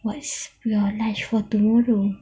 what's for lunch for tomorrow